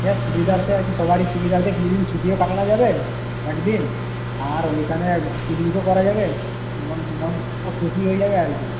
সবারই সুবিধা আছে কিছুদিন ছুটিও কাটানো যাবে একদিন আর ওইখানে পিকনিকও করা যাবে মন মন খুশি হয়ে যাবে আর কি